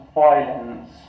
violence